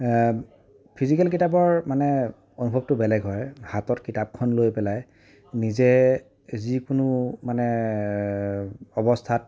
physical কিতাপৰ মানে অনুভৱটো বেলেগ হয় হাতত কিতাপখন লৈ পেলাই নিজে যিকোনো মানে অৱস্থাত